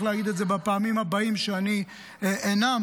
להגיד את זה בפעמים הבאות שאני אנאם.